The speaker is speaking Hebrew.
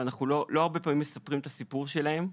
ואנחנו לא הרבה פעמים מספרים את הסיפור שלהם.